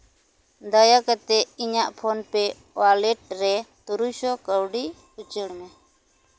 ᱫᱟᱭᱟ ᱠᱟᱛᱮ ᱤᱧᱟᱹᱜ ᱯᱷᱳᱱᱯᱮ ᱳᱣᱟᱞᱮᱴ ᱨᱮ ᱛᱩᱨᱩᱭ ᱥᱚ ᱠᱟᱹᱣᱰᱤ ᱩᱪᱟᱹᱲ ᱢᱮ